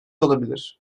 olabilir